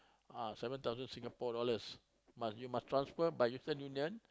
ah seven thousand Singapore dollars must you must transfer by Western-Union